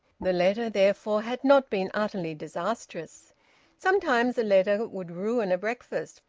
the letter therefore had not been utterly disastrous sometimes a letter would ruin a breakfast,